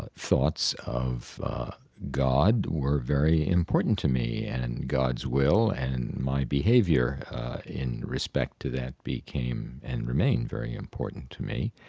ah thoughts of god were very important to me and god's will and my behavior in respect to that became and remained very important to me.